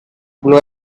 blow